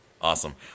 Awesome